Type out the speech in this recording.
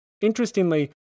Interestingly